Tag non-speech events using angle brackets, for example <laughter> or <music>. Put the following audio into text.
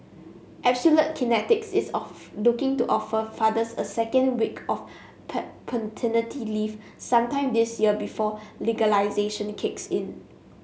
Absolute Kinetics is of looking to offer fathers a second week of <unintelligible> paternity leave sometime this year before legislation kicks in